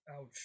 Ouch